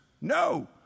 No